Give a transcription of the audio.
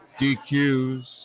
DQs